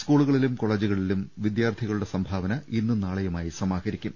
സ്കൂളുകളിലും കോളേജുക ളിലും വിദ്യാർത്ഥികളുടെ സംഭാവന ഇന്നും നാളെയുമായി സമാ ഹരിക്കും